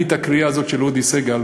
אני את הקריאה הזאת של אודי סגל,